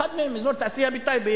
אחד מהם אזור התעשייה בטייבה.